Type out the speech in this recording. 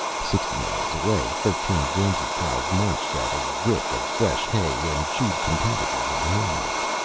sixty miles away, thirteen guernsey cows munched at a rick of fresh hay and chewed contentedly in the moonlight.